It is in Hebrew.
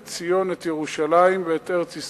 את ירושלים ואת ארץ-ישראל כולה?